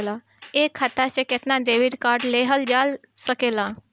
एक खाता से केतना डेबिट कार्ड लेहल जा सकेला?